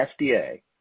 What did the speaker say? FDA